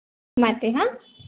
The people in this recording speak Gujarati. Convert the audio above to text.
માટે હં